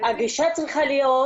זה בריאות,